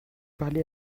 parler